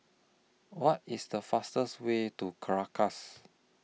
What IS The fastest Way to Caracas